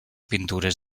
pintures